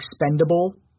expendable